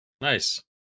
Nice